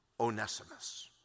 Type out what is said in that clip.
Onesimus